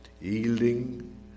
yielding